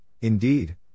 indeed